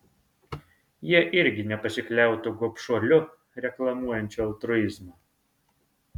jie irgi nepasikliautų gobšuoliu reklamuojančiu altruizmą